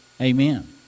Amen